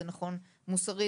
זה נכון מוסרית,